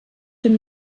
dem